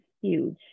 huge